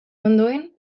ondoen